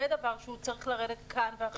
זה דבר שצריך לרדת כאן ועכשיו.